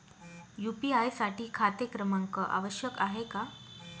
UPI साठी खाते क्रमांक आवश्यक आहे का?